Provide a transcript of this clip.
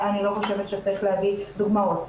אני לא חושבת שצריך להביא דוגמאות.